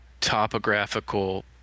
topographical